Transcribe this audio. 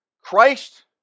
Christ